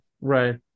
right